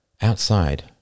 Outside